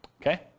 Okay